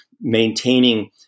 maintaining